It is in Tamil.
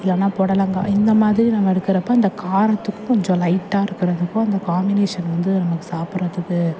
இல்லைனா புடலங்கா இந்தமாதிரி நம்ம எடுக்கிறப்போ இந்த காரத்துக்கும் கொஞ்சம் லைட்டாக இருக்கிறதுக்கும் இந்த காம்பினேஷன் வந்து நமக்கு சாப்பிட்றதுக்கு